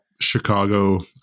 Chicago